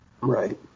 Right